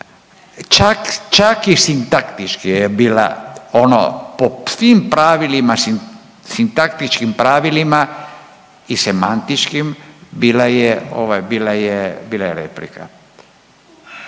čak i sintaktički je bila ono po svim pravilima sintaktičkim pravilima i semantičkim bila je ovaj